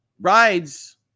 rides